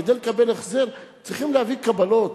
כדי לקבל החזר הם צריכים להביא קבלות.